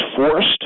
forced